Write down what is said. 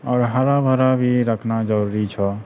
आओर हरा भरा भी रखना जरूरी छौ